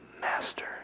master